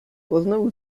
poznovu